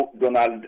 donald